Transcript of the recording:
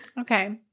Okay